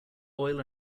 oil